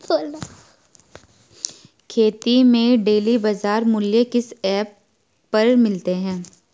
खेती के डेली बाज़ार मूल्य किस ऐप पर मिलते हैं?